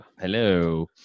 Hello